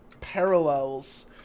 parallels